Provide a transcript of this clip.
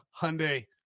Hyundai